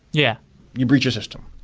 yeah you breach a system.